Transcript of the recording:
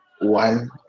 one